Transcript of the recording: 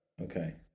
Okay